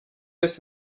west